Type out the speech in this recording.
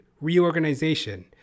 reorganization